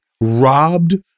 robbed